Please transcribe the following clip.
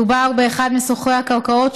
מדובר באחד מסוחרי הקרקעות,